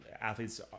athletes